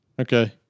Okay